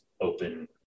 open